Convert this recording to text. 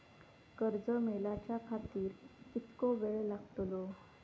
कर्ज मेलाच्या खातिर कीतको वेळ लागतलो?